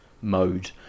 mode